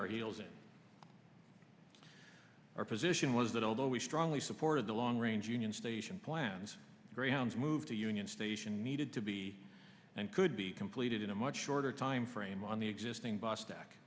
in our position was that although we strongly supported the long range union station plans greyhounds moved to union station needed to be and could be completed in a much shorter time frame on the existing bus